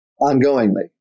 ongoingly